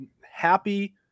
happy